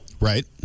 Right